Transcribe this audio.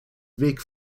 weg